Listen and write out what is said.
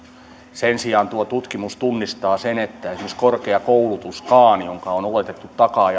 sen sijaan tuo tutkimus tunnistaa sen että esimerkiksi korkea koulutuskaan jonka on oletettu